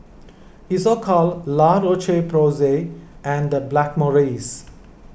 Isocal La Roche Porsay and Blackmores